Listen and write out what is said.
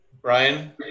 Brian